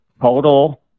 Total